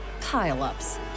pile-ups